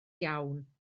iawn